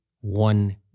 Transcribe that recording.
one